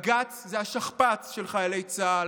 בג"ץ זה השכפ"ץ של חיילי צה"ל,